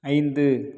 ஐந்து